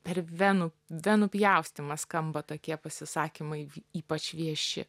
per venų venų pjaustymas skamba tokie pasisakymai ypač vieši